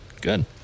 Good